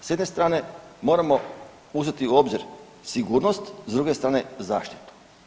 S jedne strane moramo uzeti u obzir sigurnost, s druge strane zaštitu.